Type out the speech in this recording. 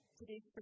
Today's